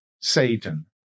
Satan